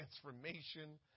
transformation